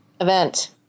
event